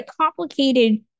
complicated